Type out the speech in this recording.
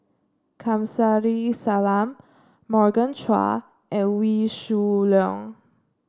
Kamsari Salam Morgan Chua and Wee Shoo Leong